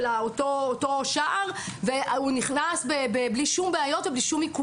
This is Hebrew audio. אותו שער והסטודנט נכנס בלי שום בעיות ובלי שום עיכובים.